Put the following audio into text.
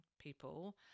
people